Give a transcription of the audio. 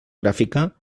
gràfica